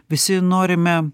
visi norime